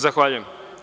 Zahvaljujem.